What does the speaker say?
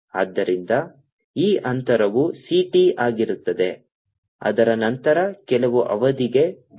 ಆದ್ದರಿಂದ ಈ ಅಂತರವು c t ಆಗಿರುತ್ತದೆ ಅದರ ನಂತರ ಕೆಲವು ಅವಧಿಗೆ tau